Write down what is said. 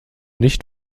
nicht